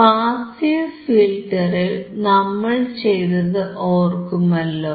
passive ഫിൽറ്ററിൽ നമ്മൾ ചെയ്തത് ഓർക്കുമല്ലോ